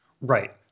right